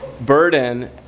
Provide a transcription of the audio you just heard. burden